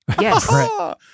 yes